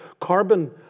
Carbon